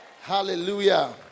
Hallelujah